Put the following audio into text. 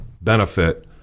benefit